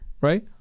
Right